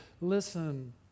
Listen